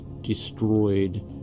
destroyed